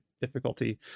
difficulty